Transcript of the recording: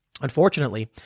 Unfortunately